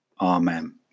Amen